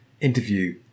interview